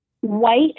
White